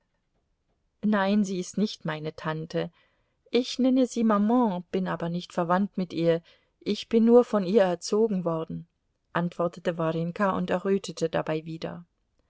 nein sie ist nicht meine tante ich nenne sie maman bin aber nicht verwandt mit ihr ich bin nur von ihr erzogen worden antwortete warjenka und errötete dabei wieder